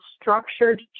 structured